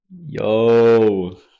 Yo